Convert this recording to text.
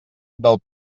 del